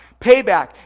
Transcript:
Payback